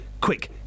quick